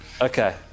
Okay